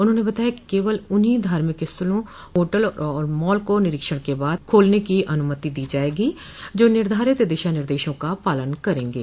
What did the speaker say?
उन्होंने बताया कि केवल उन्हीं धार्मिक स्थलों होटल और मॉल को निरीक्षण के बाद खोलने की अनुमति दी जाएगी जो निर्धारित दिशा निर्देशों का पालन करेंगे